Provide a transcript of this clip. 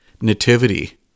Nativity